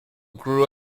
grew